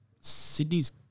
Sydney's